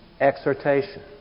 exhortation